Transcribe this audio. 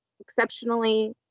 exceptionally